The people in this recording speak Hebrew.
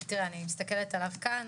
תראה אני מסתכלת עליו כאן,